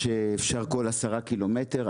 שאפשר כל עשרה קילומטר,